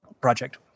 project